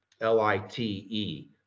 L-I-T-E